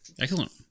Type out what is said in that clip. Excellent